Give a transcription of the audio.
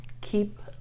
keep